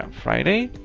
friday.